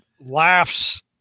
laughs